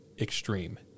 extreme